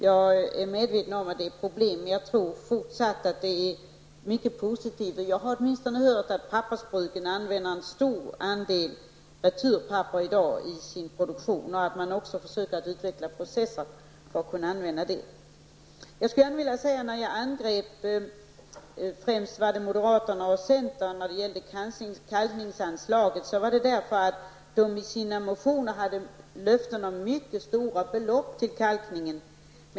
Jag är medveten om att det är ett problem, men jag tror fortfarande att verksamheten är mycket positiv. Jag har åtminstone hört att pappersbruken i dag använder en stor andel returpapper i sin produktion och att man även försöker utveckla processer för att kunna använda det. Att jag angrep främst moderaterna och centerpartiet i fråga om kalkningsanslaget var för att de i sina motioner gett löften om mycket stora belopp till kalkning.